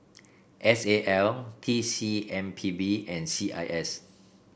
S A L T C M P B and C I S